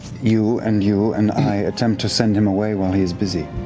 you, and you, and i attempt to send him away while he's busy,